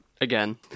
Again